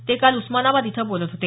ते काल उस्मानाबाद इथं बोलत होते